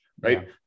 right